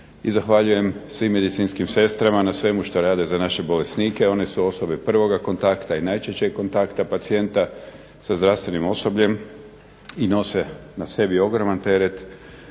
i zahvaljujem svim medicinskim sestrama na svemu što rade za naše bolesnike, one su osobe prvoga kontakta i najčešćeg kontakta pacijenta sa zdravstvenim osobljem i nose na sebi ogroman teret